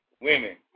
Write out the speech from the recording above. Women